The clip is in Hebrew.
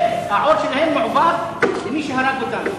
והעור שלהם מועבר למי שהרג אותם.